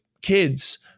kids